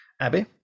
Abby